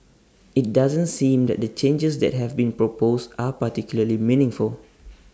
IT doesn't seem that the changes that have been proposed are particularly meaningful